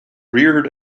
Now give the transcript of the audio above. reared